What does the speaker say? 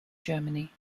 germany